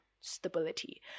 stability